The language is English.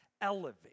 elevate